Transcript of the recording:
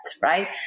right